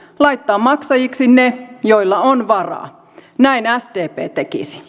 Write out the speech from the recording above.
laittaa maksajiksi ne joilla on varaa näin sdp tekisi